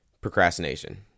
procrastination